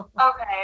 Okay